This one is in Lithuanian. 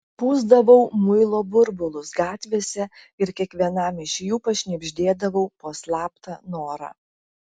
pūsdavau muilo burbulus gatvėse ir kiekvienam iš jų pašnibždėdavau po slaptą norą